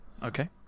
Okay